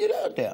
אני לא יודע.